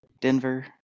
Denver